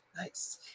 nice